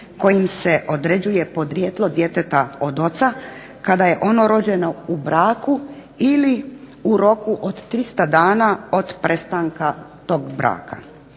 kojim se određuje podrijetlo djeteta od oca, kada je ono rođeno u braku ili u roku od 300 dana od prestanka tog braka.